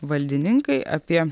valdininkai apie